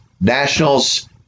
Nationals